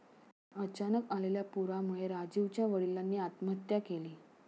अचानक आलेल्या पुरामुळे राजीवच्या वडिलांनी आत्महत्या केली